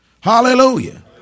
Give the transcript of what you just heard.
Hallelujah